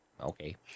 Okay